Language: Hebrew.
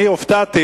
הופתעתי